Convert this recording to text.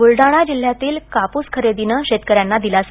बुलढाणा जिल्ह्यातील कापूस खरेदीनं शेतकऱ्यांना दिलासा